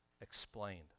explained